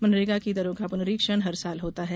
मनरेगा की दरों का पुनरीक्षण हर साल होता है